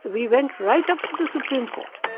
we went right up to the supreme court,